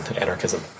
anarchism